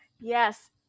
Yes